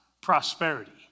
prosperity